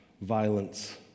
violence